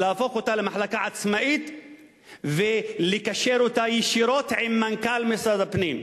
להפוך אותה למחלקה עצמאית ולקשר אותה ישירות עם מנכ"ל משרד הפנים.